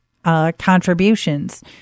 Contributions